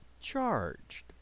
charged